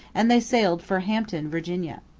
and they sailed for hampton, virginia.